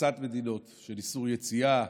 הכנסת מדינות של איסור יציאה.